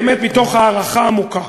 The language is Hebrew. באמת מתוך הערכה עמוקה,